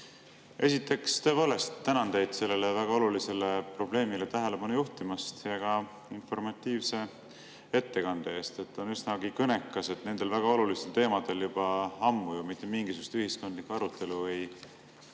Esiteks tänan teid sellele väga olulisele probleemile tähelepanu juhtimast ja ka informatiivse ettekande eest. On üsnagi kõnekas, et nendel väga olulistel teemadel enam ammu mitte mingisugust ühiskondlikku arutelu ei